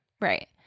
right